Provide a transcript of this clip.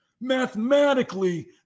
mathematically